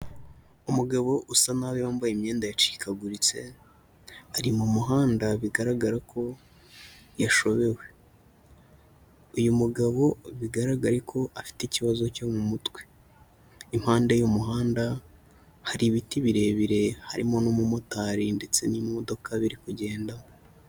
Umugabo usa naho yambaye imyenda yacikaguritse, ari mu muhanda, bigaragara ko yashobewe. Uyu mugabo bigaragara ko afite ikibazo cyo mu mutwe. Impande y'umuhanda, hari ibiti birebire, harimo n'umumotari ndetse n'imodoka biri kugenda.